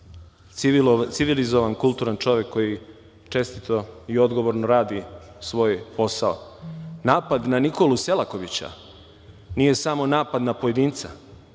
Civilizovan i kulturan čovek koji čestito i odgovorno radi svoj posao. Napad na Nikolu Selakovića nije samo napad na pojedinca,